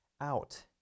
out